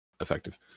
effective